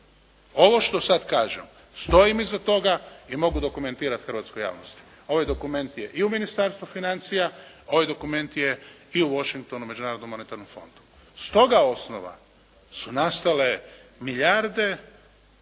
Ovo što sada kažem, stojim iza toga, i mogu dokumentirati hrvatskoj javnosti, ovaj dokument je i u Ministarstvu financija, ovaj dokument je i u Washingtonu međunarodnom monetarnom fondu. S toga osnova su nastale milijarde